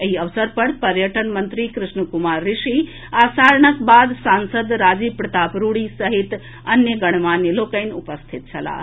एहि अवसर पर पर्यटन मंत्री कृष्ण कुमार ऋषि आ सारणक सांसद राजीव प्रताप रूड़ी सहित अन्य गणमान्य लोकनि उपस्थित छलाह